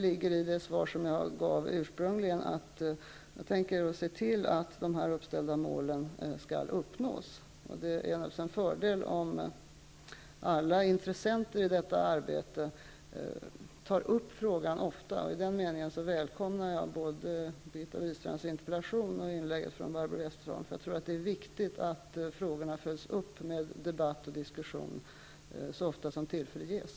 I det svar som jag gav i början ligger att jag tänker se till att de uppställda målen kommer att uppnås. Det är naturligtvis en fördel om alla intressenter tar upp frågorna ofta. Därför välkomnar jag både Westerholms inlägg. Jag tror att det är viktigt att frågorna följs upp med debatt och diskussion så ofta tillfälle ges.